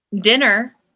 dinner